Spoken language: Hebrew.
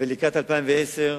ולקראת 2010,